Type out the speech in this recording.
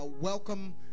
welcome